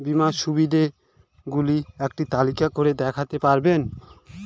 বীমার সুবিধে গুলি একটি তালিকা করে দেখাতে পারবেন?